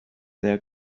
their